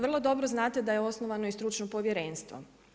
Vrlo dobro znate da je osnovano i stručno povjerenstvo.